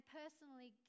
personally